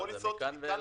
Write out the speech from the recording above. מכאן ולהבא.